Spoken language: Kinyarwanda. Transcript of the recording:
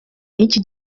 n’iki